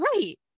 Right